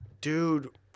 Dude